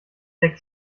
deck